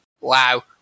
Wow